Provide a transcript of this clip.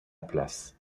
place